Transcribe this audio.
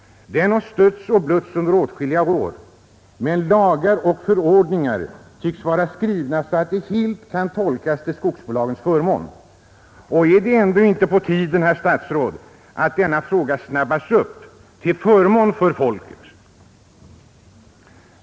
Den har stötts och blötts under åtskilliga år, men lagar och förordningar tycks vara skrivna till skogsbolagens förmån. Är det ändå inte på tiden, herr statsråd, att denna fråga snabbehandlas till förmån för folket?